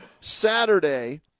saturday